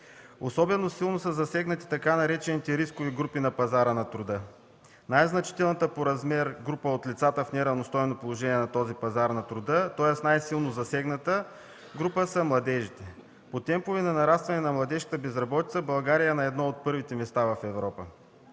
Особено силно са засегнати така наречените „рискови групи” на пазара на труда. Най-значителната по размер група от лицата в неравностойно положение на този пазар на труда, тоест най-силно засегната група, са младежите. По темпове на нарастване на младежката безработица България е на едно от първите места в Европа.